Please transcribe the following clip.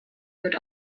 wird